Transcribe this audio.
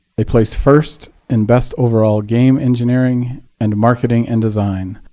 they placed first in best overall game engineering and marketing and design.